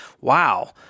wow